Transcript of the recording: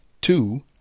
Two